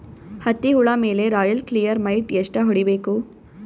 ಹತ್ತಿ ಹುಳ ಮೇಲೆ ರಾಯಲ್ ಕ್ಲಿಯರ್ ಮೈಟ್ ಎಷ್ಟ ಹೊಡಿಬೇಕು?